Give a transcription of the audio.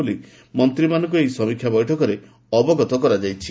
ବୋଲି ମନ୍ତ୍ରୀମାନଙ୍କୁ ଏହି ସମୀକ୍ଷା ବୈଠକରେ ଅବଗତ କରାଯାଇଛି